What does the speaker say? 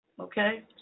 Okay